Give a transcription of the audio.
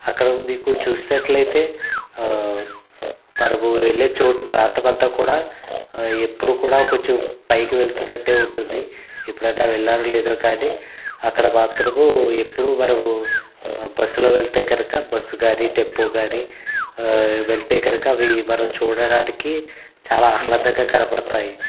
అక్కడ మీకు చూసినట్లయితే మనం వెళ్ళే చోటు ప్రాంతం అంతా కూడా ఎప్పుడు కూడా కొంచెం పైకి వెళ్తున్నట్టే ఉంటుంది ఎప్పుడైనా వెళ్లారో లేదో కానీ అక్కడ మాత్రము ఎప్పుడూ మనము బస్సులో వెళ్తే గనక బస్సు కానీ టెంపో కానీ వెళ్తే కనుక అవి మనం చూడడానికి చాలా ఆహ్లాదంగా కనబడతాయి